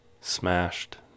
smashed